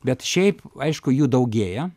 bet šiaip aišku jų daugėja